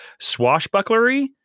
swashbucklery